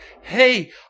hey